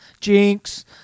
Jinx